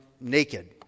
naked